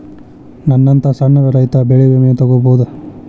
ನನ್ನಂತಾ ಸಣ್ಣ ರೈತ ಬೆಳಿ ವಿಮೆ ತೊಗೊಬೋದ?